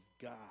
God